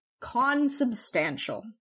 consubstantial